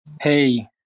Hey